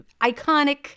iconic